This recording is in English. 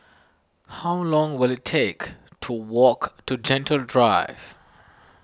how long will it take to walk to Gentle Drive